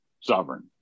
sovereign